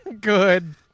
Good